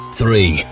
three